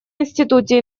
институте